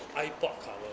iPod cover